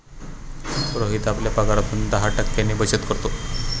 रोहित आपल्या पगारातून दहा टक्क्यांची बचत करतो